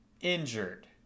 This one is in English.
injured